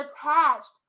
attached